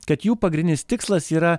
kad jų pagrindinis tikslas yra